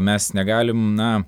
mes negalim na